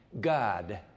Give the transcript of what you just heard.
God